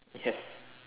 yes